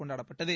கொண்டாடப்பட்டது